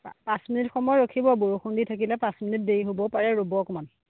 পা পাঁচ মিনিট সময় ৰখিব বৰষুণ দি থাকিলে পাঁচ মিনিট দেৰি হ'ব পাৰে ৰ'ব অকণমান